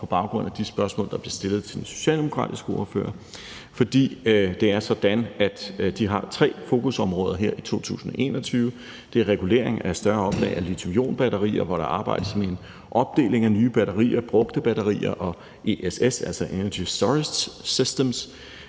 på baggrund af de spørgsmål, der blev stillet til den socialdemokratiske ordfører. Det er sådan, at de har tre fokusområder her i 2021. Det er regulering af større oplag af lithium-ion-batterier, hvor der arbejdes med en opdeling af nye batterier, brugte batterier og ESS, energy storage systems.